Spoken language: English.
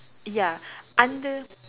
ya under